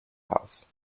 house